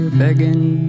begging